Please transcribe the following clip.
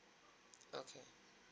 okay